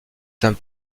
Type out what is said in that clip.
saint